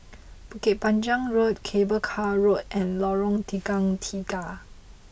Bukit Panjang Road Cable Car Road and Lorong Tukang Tiga